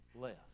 left